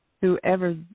whoever